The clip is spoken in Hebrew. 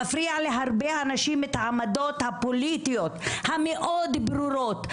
מפריע להרבה אנשים את העמדות הפוליטיות המאוד ברורות,